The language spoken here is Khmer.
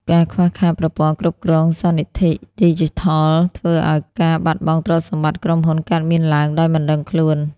ការខ្វះខាតប្រព័ន្ធគ្រប់គ្រងសន្និធិ ឌីជីថល ធ្វើឱ្យការបាត់បង់ទ្រព្យសម្បត្តិក្រុមហ៊ុនកើតមានឡើងដោយមិនដឹងខ្លួន។